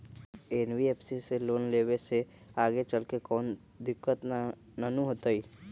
NBFC से loan लेबे से आगेचलके कौनो दिक्कत त न होतई न?